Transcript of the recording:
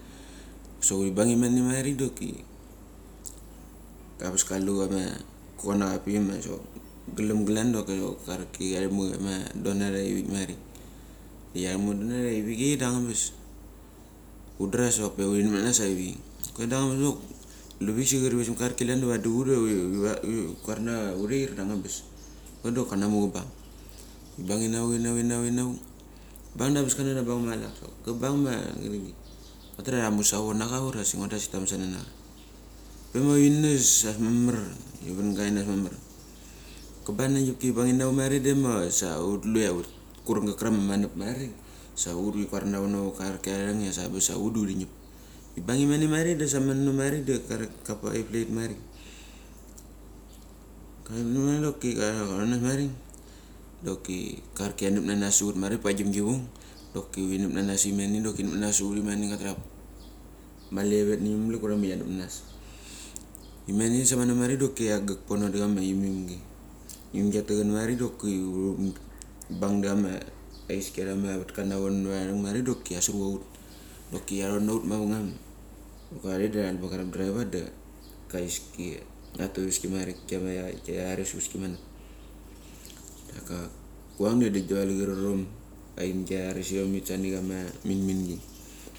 Lo huri bangiemene marik dok abas ka luama conacha masok glem klan da kisok kiarap macha domat ia ivik marik. Da kiarap macha donat ia ivichei da angabas. Hudra sak pe huri nep nanas ivichei, Kule da angabas dok ka resim karki uadi hut ia huri vamachi ia hureir da angabas. Kule dok kana mu kabang hubang inavuk, inavuk, inavuk kabang da a angabas klania kanabang machalat, sok ka bang ma ngudria tamu savo nacha ura ngudria sik tamasana nacha. Pe ma huri nes das mamar huri van gama ain das mamar. Kabang na ngipgi, ibang inavuk marik dema sa hut tlu ia kurunga karak ma manep marik, sa hutda huri kuarana ivono vat karki arang ia sa hutda huri ngip. Hubang i mene marik da sameno marik, da kapaip marik. Kavang imene doki karicha kanap nanas marik dorik karki kia napnanas sa hut marik, paikdam gi veik doki hutnap nanas imene doki kinap nanas sa hut imene, naga tria aleveveth ne manget ma kianap nanas. Imane samano marik doki kia gag pono diama imimgi gia techen marik doki purem hut mek. Bangama heiskia a rama avatka navono dok kia surua hut doki kiaron na hut mavengam. Dok hare da taral bagarap, driaiva da heiskia tuvaski marik kia rares huvaski manep. Da ka kuang da dikda ava lechariom, ainga rares irom samit snania minmingi.